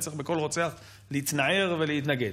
וצריך מכל רוצח להתנער ולהתנגד,